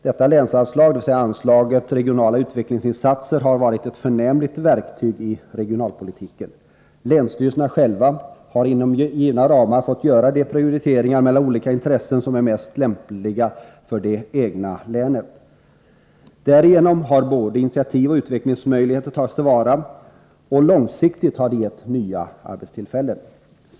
Detta länsanslag — dvs. anslaget Regionala utvecklingsinsatser — har varit ett förnämligt verktyg i regionalpolitiken. Länsstyrelserna har själva inom givna ramar fått göra prioriteringar mellan de olika insatser som är mest lämpliga för det egna länet. Därigenom har både initiativ och utvecklingsmöjligheter tagits till vara, och det har långsiktigt gett nya arbetstillfällen.